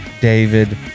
david